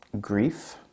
grief